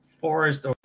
Forest